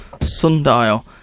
sundial